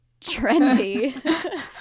trendy